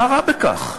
מה רע בכך?